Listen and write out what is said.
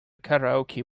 karaoke